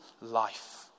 life